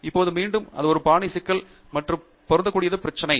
இப்போது மீண்டும் அது ஒரு பாணி சிக்கல் மற்றும் பொருந்தக்கூடிய பிரச்சினை